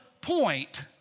point